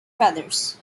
feathers